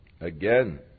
Again